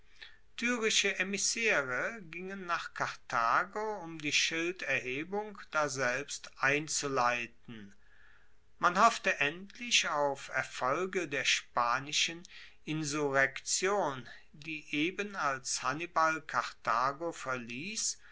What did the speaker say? tyrische emissaere gingen nach karthago um die schilderhebung daselbst einzuleiten man hoffte endlich auf erfolge der spanischen insurrektion die eben als hannibal karthago verliess